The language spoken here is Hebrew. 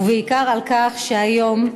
ובעיקר על כך שהיום,